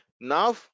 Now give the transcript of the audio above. now